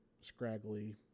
scraggly